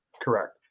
Correct